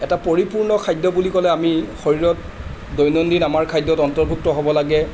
এটা পৰিপূৰ্ণ খাদ্য বুলি ক'লে আমি শৰীৰত দৈনন্দিন আমাৰ খাদ্যত অন্তৰ্ভুক্ত হ'ব লাগে